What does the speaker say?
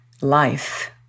life